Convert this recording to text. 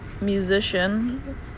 musician